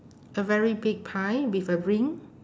a very big pie with a ring